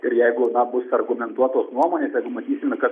ir jeigu na bus argumentuotos nuomonės jeigu matysime kad